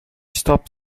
stopped